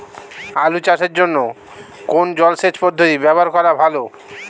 আলু চাষের জন্য কোন জলসেচ পদ্ধতি ব্যবহার করা ভালো?